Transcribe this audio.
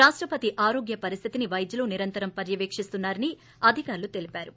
రాష్టపతి ఆరోగ్య పరిస్దితిని వైద్యులు నిరంతరం పర్యవేణిస్తున్నారని అధికారులు తెలిపారు